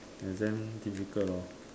exam difficult lor